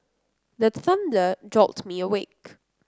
the thunder jolt me awake